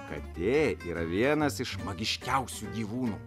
katė yra vienas iš magiškiausių gyvūnų